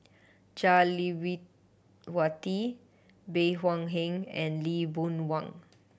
Jah Lelawati Bey Hua Heng and Lee Boon Wang